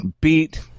beat